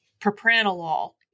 propranolol